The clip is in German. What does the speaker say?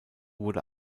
wurde